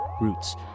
roots